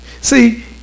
See